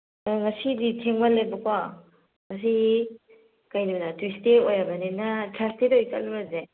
ꯑꯪ ꯉꯁꯤꯗꯤ ꯊꯦꯡꯃꯜꯂꯦꯕꯀꯣ ꯉꯁꯤ ꯀꯔꯤ ꯅꯨꯃꯤꯠꯅꯣ ꯇ꯭ꯋꯤꯁꯗꯦ ꯑꯣꯏꯔꯕꯅꯤꯅ ꯊꯔꯁꯗꯦꯗ ꯑꯣꯏꯅ ꯆꯠꯂꯨꯔꯁꯦ